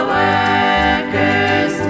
workers